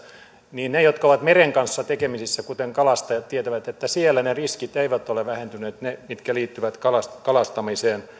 niin ne jotka ovat meren kanssa tekemisissä kuten kalastajat tietävät että siellä ne riskit eivät ole vähentyneet ne mitkä liittyvät kalastamiseen